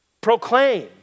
proclaim